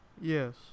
Yes